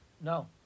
No